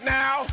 now